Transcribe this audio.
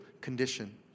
condition